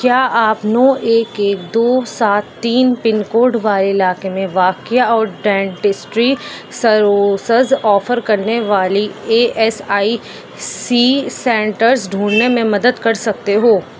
کیا آپ نو ایک ایک دو سات تین پن کوڈ والے علاقے میں واقع اور ڈینٹسٹری سروسز آفر کرنے والی E S I C centres ڈھونڈنے میں مدد کر سکتے ہو